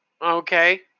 Okay